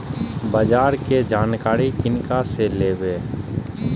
बाजार कै जानकारी किनका से लेवे?